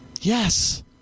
Yes